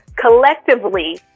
Collectively